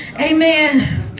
Amen